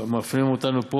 מפנים אותנו פה